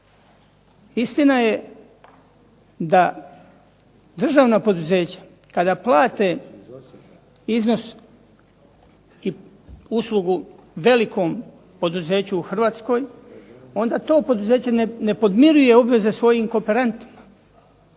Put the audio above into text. Istina je da državna poduzeća kada plate iznos i uslugu velikom poduzeću u Hrvatskoj, onda to poduzeće ne podmiruje obveze svojim kooperantima.